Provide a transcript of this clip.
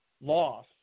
loss